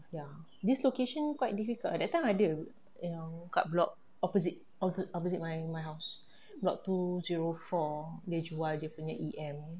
ya this location quite difficult that time ada yang block opposite opposite my house block two zero four dia jual dia punya E_M